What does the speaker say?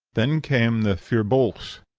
then came the fir-bolgs.